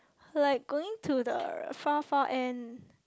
like going to the far far end